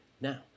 now